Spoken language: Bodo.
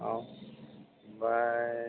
औ ओमफाय